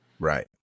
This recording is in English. Right